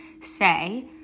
Say